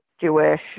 Jewish